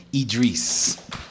Idris